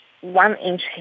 one-inch